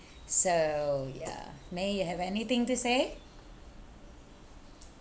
so ya mei you have anything to say